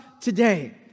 today